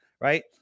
right